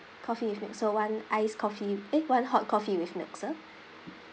coffee with milk so one ice coffee eh one hot coffee with milk sir